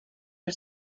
for